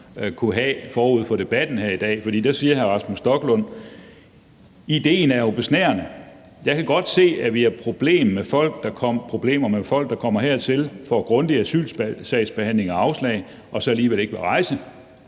optimisme forud for debatten her i dag, for da sagde hr. Rasmus Stoklund: »Idéen lyder jo besnærende. Jeg kan godt se, at vi har problem med folk, der kommer her til, får grundig asylsagsbehandling og afslag, og så alligevel ikke vil rejse.